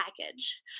package